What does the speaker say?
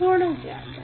थोड़ा ज्यादा